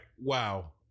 wow